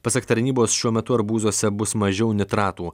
pasak tarnybos šiuo metu arbūzuose bus mažiau nitratų